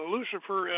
Lucifer